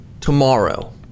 tomorrow